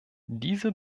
diese